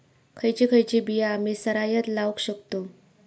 खयची खयची बिया आम्ही सरायत लावक शकतु?